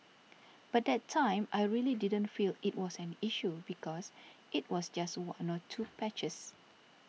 but that time I really didn't feel it was an issue because it was just one or two patches